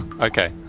Okay